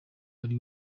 ari